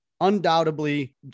undoubtedly